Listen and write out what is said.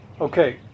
Okay